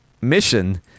mission